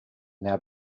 now